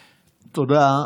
תודה.